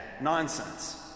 nonsense